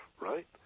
right